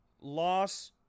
loss